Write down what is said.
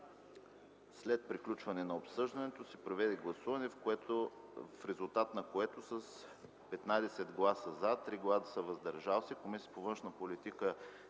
След приключване на обсъждането се проведе гласуване, в резултат на което, с 15 гласа „за“ и 3 гласа „въздържали